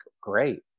great